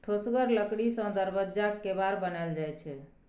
ठोसगर लकड़ी सँ दरबज्जाक केबार बनाएल जाइ छै